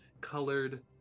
colored